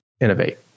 innovate